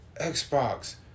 Xbox